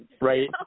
Right